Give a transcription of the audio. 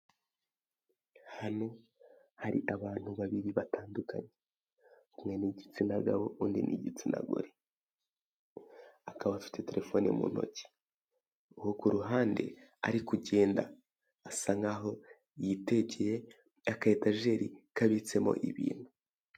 Hano hari abantu babiri batandukanye, umwe ni igitsina gabo undi ni igitsina gore, akaba afite telefoni mu ntoki. Uwo ku ruhande ari kugenda asa nk'aho yitegeye akayetajeri kabitsemo ibintu.